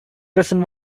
doesn’t